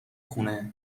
خونه